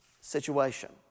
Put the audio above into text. situation